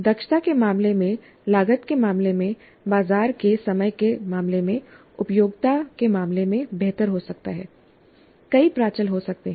दक्षता के मामले में लागत के मामले में बाजार के समय के मामले में उपयोगिता के मामले में बेहतर हो सकता है कई प्राचल हो सकते हैं